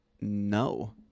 no